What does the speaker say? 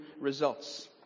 results